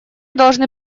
должны